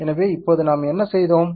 எனவே இப்போது நாம் என்ன செய்தோம்